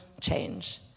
change